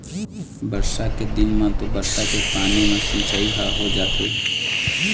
बरसा के दिन म तो बरसा के पानी म सिंचई ह हो जाथे